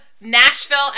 Nashville